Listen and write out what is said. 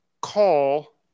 call